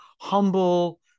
humble